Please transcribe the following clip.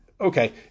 okay